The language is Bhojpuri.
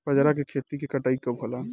बजरा के खेती के कटाई कब होला?